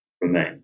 remain